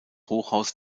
hochhaus